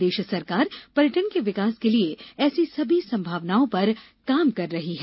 प्रदेश सरकार पर्यटन के विकास के लिये ऐसी सभी संभावनाओं पर काम कर रही है